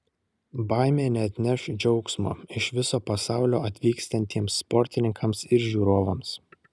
baimė neatneš džiaugsmo iš viso pasaulio atvykstantiems sportininkams ir žiūrovams